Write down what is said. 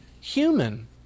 human